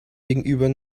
gegenüber